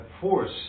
force